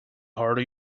harder